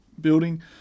building